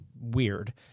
weird